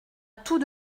tout